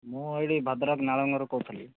ମୁଁ ଏଇଟି ଭଦ୍ରକ ନାଳଙ୍ଗାରୁ କହୁଥିଲି